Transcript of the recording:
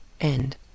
End